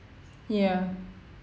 ya